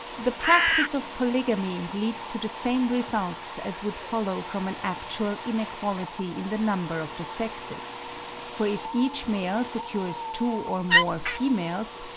the practice of polygamy leads to the same results as would follow from an actual inequality in the number of the sexes for if each male secures two or more females,